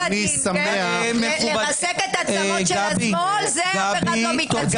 תבין עד כמה האמת דוקרת וכואבת לו.